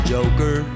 Joker